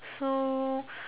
so